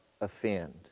offend